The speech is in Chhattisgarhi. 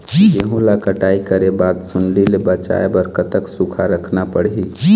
गेहूं ला कटाई करे बाद सुण्डी ले बचाए बर कतक सूखा रखना पड़ही?